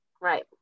right